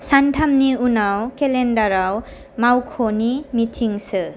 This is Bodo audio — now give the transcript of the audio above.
सानथामनि उनाव केलेन्डाराव मावख'नि मिटिं सो